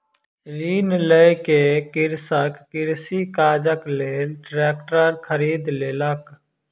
ऋण लय के कृषक कृषि काजक लेल ट्रेक्टर खरीद लेलक